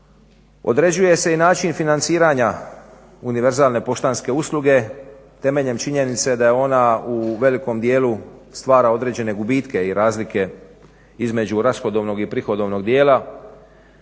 Određuje se i način financiranja univerzalne poštanske usluge temeljem činjenice da ona u velikom dijelu stvara određene gubitke i razlike između rashodovnog i prihodovnog dijela